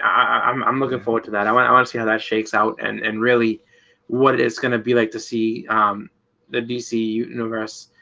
um i'm looking forward to that i want want to see how that shakes out and and really what is gonna be like, to see the dc universe